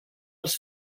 els